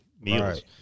meals